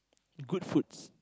good foods